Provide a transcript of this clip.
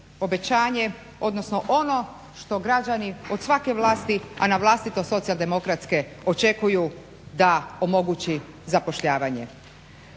obećanje, odnosno ono što građani od svake vlasti a posebno socijaldemokratske očekuju da omogući zapošljavanje.